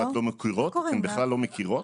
אתן בכלל לא מכירות?